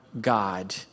God